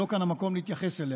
שלא כאן המקום להתייחס אליה.